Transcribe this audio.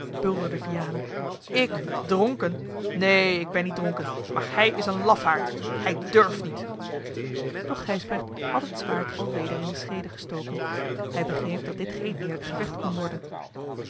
bulderde vianen ik dronken neen ik ben niet dronken maar hij is een lafaard hij durft niet doch gijsbrecht had het zwaard al weder in de scheede gestoken hij begreep dat dit geen eerlijk gevecht kon worden